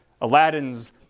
Aladdin's